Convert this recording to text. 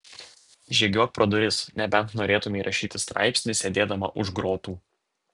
žygiuok pro duris nebent norėtumei rašyti straipsnį sėdėdama už grotų